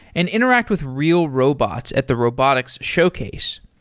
and interact with real robots at the robotics showcase.